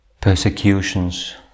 persecutions